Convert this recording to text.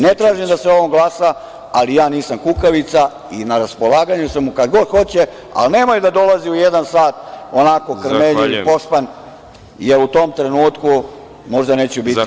Ne tražim da se o ovome glasa, ali ja nisam kukavica i na raspolaganju sam mu kad god hoće, ali nemoj da dolazi u jedan sat onako krmeljiv i pospan, jer u tom trenutku možda neću biti prisutan.